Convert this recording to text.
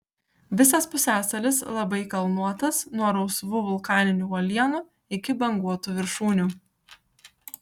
visas pusiasalis labai kalnuotas nuo rausvų vulkaninių uolienų iki banguotų viršūnių